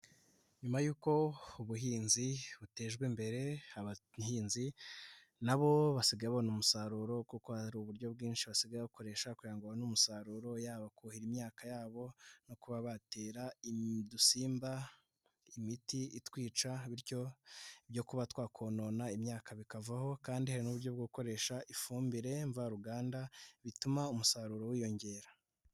Nyuma y'uko ubuhinzi butejwe imbere, abahinzi na bo basigaye babona umusaruro kuko hari uburyo bwinshi basigaye bakoresha kugira ngo babone umusaruro, yaba kuhira imyaka yabo no kuba batera udusimba imiti itwica, bityo ibyo kuba twakonona imyaka bikavaho kandi hari n'uburyo bwo gukoresha ifumbire mvaruganda bituma umusaruro wiyongera.